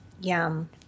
Yum